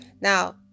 Now